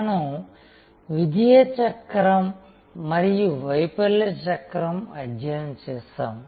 మనం విజయ చక్రం మరియు వైఫల్య చక్రం అధ్యయనం చేసాము